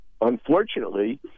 unfortunately